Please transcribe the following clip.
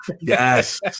yes